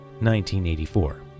1984